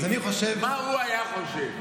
מה הוא היה חושב?